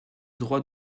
droit